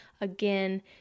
again